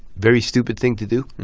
very stupid thing to do